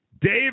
Dave